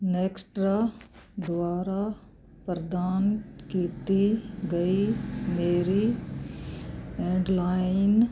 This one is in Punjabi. ਨੈਕਸਟਰਾ ਦੁਆਰਾ ਪ੍ਰਦਾਨ ਕੀਤੀ ਗਈ ਮੇਰੀ ਲੈਂਡਲਾਈਨ